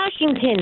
Washington